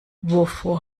wovor